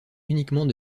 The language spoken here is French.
uniquement